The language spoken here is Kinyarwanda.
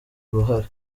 uruhare